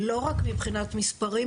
לא רק מבחינת מספרים,